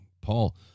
Paul